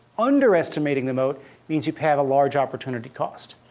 underestimating the moat means you have a large opportunity cost.